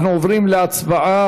אנחנו עוברים להצבעה.